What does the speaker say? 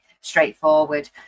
straightforward